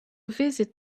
visit